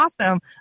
awesome